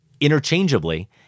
interchangeably